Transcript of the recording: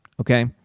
okay